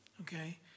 okay